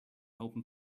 open